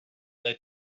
their